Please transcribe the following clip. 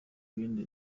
ibindi